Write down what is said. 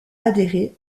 adhéré